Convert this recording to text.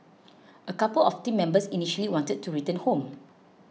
a couple of the team members initially wanted to return home